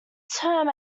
term